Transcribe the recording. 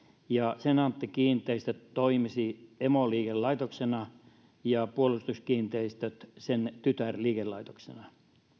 ja senaatti kiinteistöt toimisi emoliikelaitoksena ja puolustuskiinteistöt sen tytärliikelaitoksena